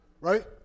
right